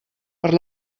per